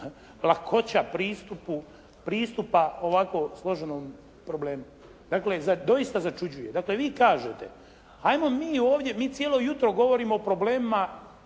pristupa ovako složenom problemu. Dakle doista začuđuje. Dakle vi kažete ajmo mi ovdje, mi cijelo jutro govorimo o problemima